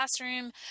classroom